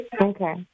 Okay